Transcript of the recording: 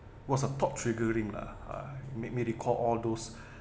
was a top triggering lah uh made me recall all those